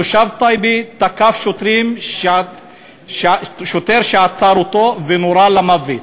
תושב טייבה תקף שוטר שעצר אותו, ונורה למוות.